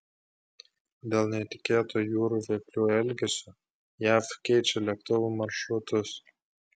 dėl netikėto jūrų vėplių elgesio jav keičia lėktuvų maršrutus